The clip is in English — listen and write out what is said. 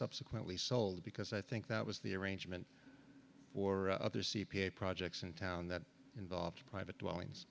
subsequently sold because i think that was the arrangement or other c p a projects in town that involved private dwellings